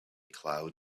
cloud